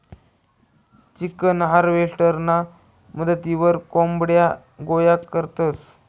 chicken हार्वेस्टरना मदतवरी कोंबड्या गोया करतंस